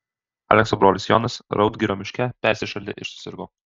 alekso brolis jonas raudgirio miške persišaldė ir susirgo